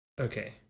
Okay